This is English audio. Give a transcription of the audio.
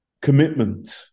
commitment